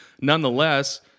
Nonetheless